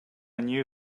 new